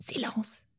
Silence